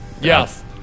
Yes